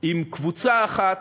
עם קבוצה אחת,